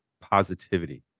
positivity